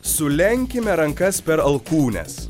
sulenkime rankas per alkūnes